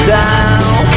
down